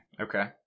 Okay